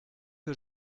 que